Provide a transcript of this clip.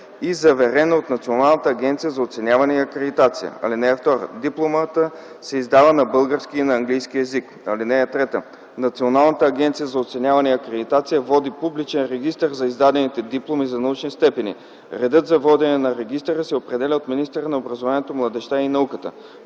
и заверена от Националната агенция за оценяване и акредитация. (2) Дипломата се издава на български и на английски език. (3) Националната агенция за оценяване и акредитация води публичен регистър за издадените дипломи за научни степени. Редът за водене на регистъра се определя от министъра на образованието, младежта и науката.”